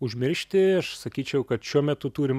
užmiršti aš sakyčiau kad šiuo metu turim